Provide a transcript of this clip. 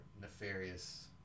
nefarious